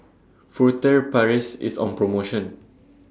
Furtere Paris IS on promotion